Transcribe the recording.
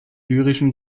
lyrischen